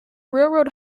railroad